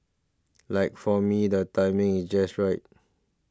like for me the timing is just right